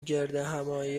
گردهمآیی